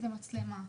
זו מצלמה.